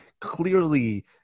clearly